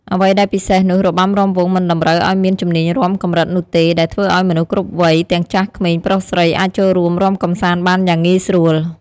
អ្វីដែលពិសេសនោះ របាំរាំវង់មិនតម្រូវឲ្យមានជំនាញរាំកម្រិតនោះទេ ដែលធ្វើឲ្យមនុស្សគ្រប់វ័យ ទាំងចាស់ក្មេង ប្រុសស្រី អាចចូលរួមរាំកម្សាន្តបានយ៉ាងងាយស្រួល។